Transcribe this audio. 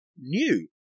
new